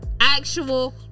actual